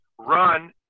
run